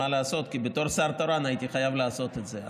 מה לעשות, בתור שר תורן הייתי חייב לעשות את זה.